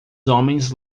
homens